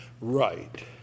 right